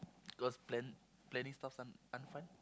cause plan planning stuffs aren't aren't fun